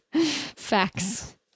Facts